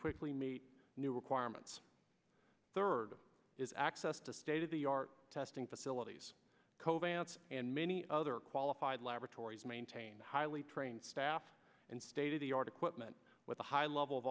quickly meet new requirements third is access to state of the art testing facilities cove ants and many other qualified laboratories maintain highly trained staff and state of the art equipment with a high level of